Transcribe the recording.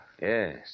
yes